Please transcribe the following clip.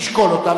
נשקול אותה,